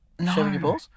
No